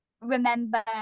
remember